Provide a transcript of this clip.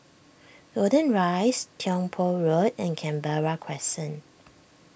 Golden Rise Tiong Poh Road and Canberra Crescent